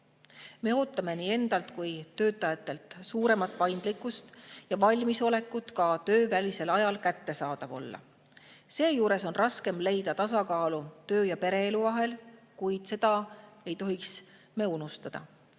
Me ootame nii endalt kui töötajatelt suuremat paindlikkust ja valmisolekut ka töövälisel ajal kättesaadav olla. Seejuures on raskem leida tasakaalu töö‑ ja pereelu vahel, kuid seda ei tohiks me unustada.